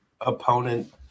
opponent –